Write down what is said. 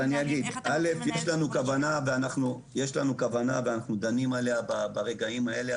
יש לנו כוונה ואנחנו דנים עליה ברגעים האלה,